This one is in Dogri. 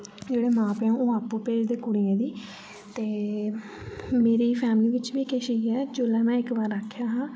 जेह्ड़े मां प्यो ओह् आपु भेजदे कुड़िए गी ते मेरी फैमिली बिच्च बी किश इ'यां हा जोल्लै में इक बार आक्खेआ हा